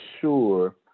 sure